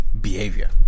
behavior